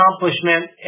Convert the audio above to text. accomplishment